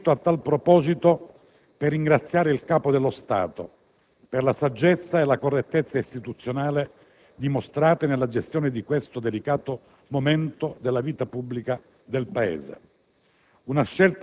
Ne approfitto, a tal proposito, per ringraziare il Capo dello Stato per la saggezza e la correttezza istituzionale dimostrate nella gestione di questo delicato momento della vita pubblica del Paese.